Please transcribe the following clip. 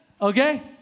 Okay